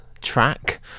track